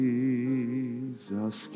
Jesus